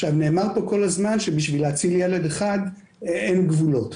נאמר פה כל הזמן שבשביל להציל ילד אחד אין גבולות.